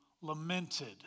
lamented